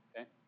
Okay